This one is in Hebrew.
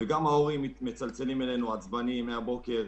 ההורים מצלצלים אלינו עצבניים מהבוקר.